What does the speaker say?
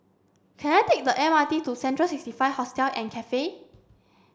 can I take the M R T to Central sixty five Hostel and Cafe